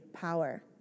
power